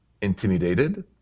intimidated